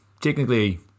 technically